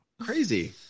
Crazy